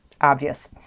obvious